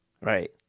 Right